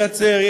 מייצר,